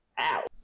Ow